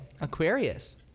Aquarius